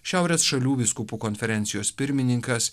šiaurės šalių vyskupų konferencijos pirmininkas